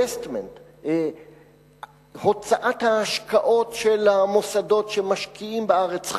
divestment הוצאת ההשקעות של המוסדות שמשקיעים בארץ,